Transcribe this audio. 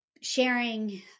sharing